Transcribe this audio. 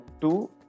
two